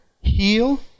heal